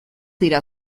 dira